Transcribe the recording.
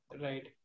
right